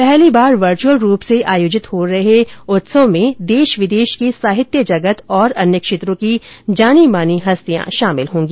पहली बार वर्चुअल रूप से आयोजित हो रहे फेस्टिवल में देश विदेश के साहित्य जगत और अन्य क्षेत्रों की जानी मानी हस्तियां शामिल होंगी